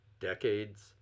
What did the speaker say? decades